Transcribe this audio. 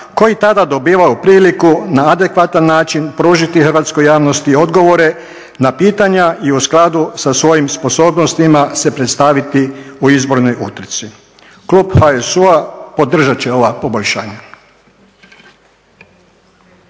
koji tada dobivaju priliku na adekvatan način pružiti hrvatskoj javnosti odgovore na pitanja i u skladu sa svojim sposobnostima se predstaviti u izbornoj utrci. Klub HSU-a podržat će ova poboljšanja.